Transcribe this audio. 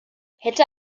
hätte